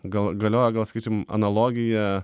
gal galioja gal sakykim analogija